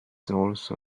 also